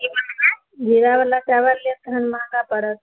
जीरा बाला चावल लेब तहन महगा पड़त